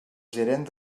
gerent